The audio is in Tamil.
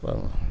போதும்